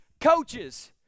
coaches